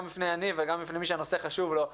גם בפני יניב שגיא וגם בפני מי שהנושא חשוב לו,